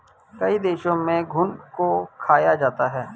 कई देशों में घुन को खाया जाता है